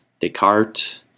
Descartes